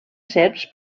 serps